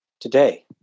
Today